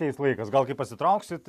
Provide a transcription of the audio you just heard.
ateis laikas gal kai pasitrauksit